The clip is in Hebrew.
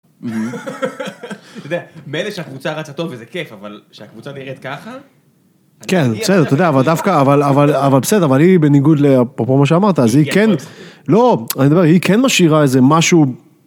מילא שהקבוצה רצה טוב וזה כיף אבל שהקבוצה נראית ככה. כן אתה יודע אבל דווקא אבל אבל אבל בסדר אבל היא בניגוד לאפרופו מה שאמרת אז היא כן לא היא כן משאירה איזה משהו.